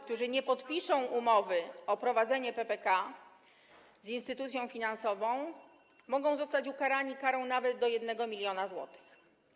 którzy nie podpiszą umowy o prowadzenie PPK z instytucją finansową, mogą zostać ukarani karą nawet do 1 mln zł.